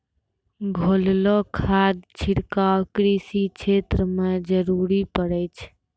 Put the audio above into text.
घोललो खाद छिड़काव कृषि क्षेत्र म जरूरी पड़ै छै